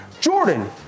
Jordan